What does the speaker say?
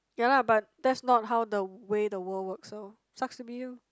ya lah but that's not how the way the world works so sucks to be you